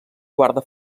guarda